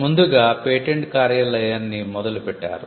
ముందుగా పేటెంట్ కార్యాలయాన్ని మొదలు పెట్టారు